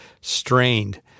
strained